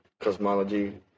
cosmology